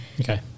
Okay